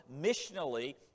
missionally